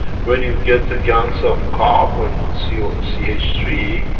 when you get the gans of carbon, c ah ah c h three,